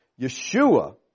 Yeshua